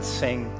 sing